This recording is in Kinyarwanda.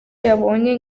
yabonye